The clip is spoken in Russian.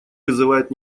вызывает